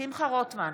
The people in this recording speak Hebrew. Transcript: שמחה רוטמן,